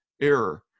error